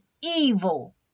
evil